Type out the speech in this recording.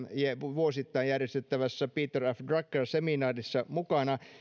vuosittain järjestettävässä peter f drucker seminaarissa mukana